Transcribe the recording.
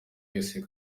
wese